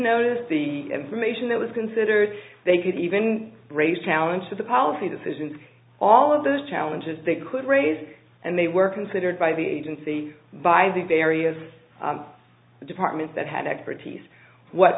notice the information that was considered they could even raise challenge to the policy decisions all of those challenges they could raise and they were considered by the agency by the various departments that had expertise what